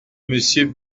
monsieur